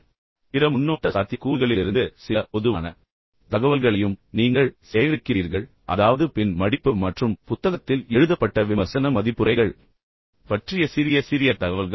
ஆனால் பிற முன்னோட்ட சாத்தியக்கூறுகளிலிருந்து சில பொதுவான தகவல்களையும் நீங்கள் சேகரிக்கிறீர்கள் அதாவது பின் மடிப்பு மற்றும் புத்தகத்தில் எழுதப்பட்ட விமர்சன மதிப்புரைகள் பற்றிய சிறிய சிறிய தகவல்கள்